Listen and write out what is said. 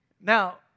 Now